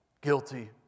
guilty